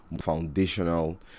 foundational